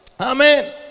Amen